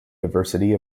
diversity